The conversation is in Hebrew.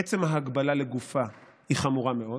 עצם ההגבלה לגופה היא חמורה מאוד,